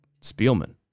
Spielman